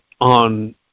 on